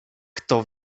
kto